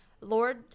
Lord